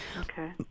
Okay